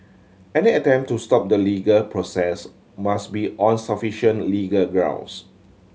any attempt to stop the legal process must be on sufficient legal grounds